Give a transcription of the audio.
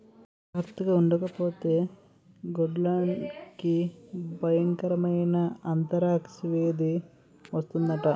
జార్తగుండకపోతే గొడ్లకి బయంకరమైన ఆంతరాక్స్ వేది వస్తందట